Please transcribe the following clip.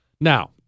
Now